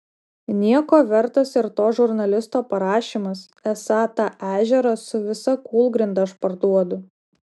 nieko vertas ir to žurnalisto parašymas esą tą ežerą su visa kūlgrinda aš parduodu